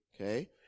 Okay